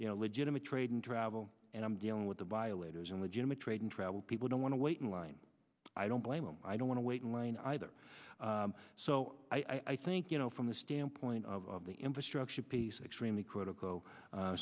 you know legitimate trade and travel and i'm dealing with the violators and legitimate trade and travel people don't want to wait in line i don't blame them i don't want to wait in line either so i think you know from the standpoint of the infrastructure piece extremely critical